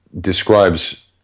describes